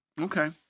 Okay